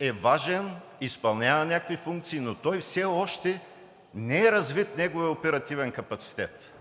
е важен, изпълнява някакви функции, но все още не е развит неговият оперативен капацитет.